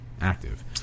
active